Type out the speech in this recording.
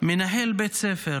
מנהל בית ספר